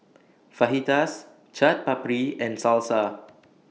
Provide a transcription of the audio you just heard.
Fajitas Chaat Papri and Salsa